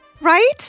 Right